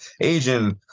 Asian